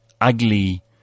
ugly